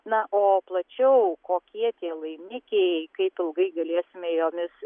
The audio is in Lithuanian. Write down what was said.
na o plačiau kokie tie laimikiai kaip ilgai galėsime jomis